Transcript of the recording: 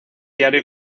diario